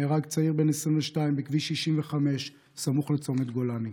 נהרג צעיר בן 22 בכביש 65 סמוך לצומת גולני.